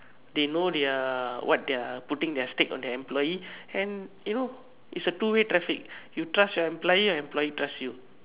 they know their what their putting their stake on their employee and you know it's a two way traffic you trust your employee your employee trust you